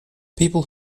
people